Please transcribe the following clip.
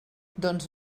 doncs